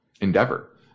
endeavor